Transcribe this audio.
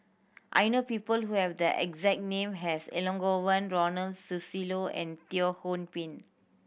I know people who have the exact name as Elangovan Ronald Susilo and Teo Ho Pin